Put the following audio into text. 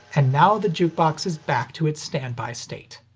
and now the jukebox is back to its standby state.